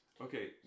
Okay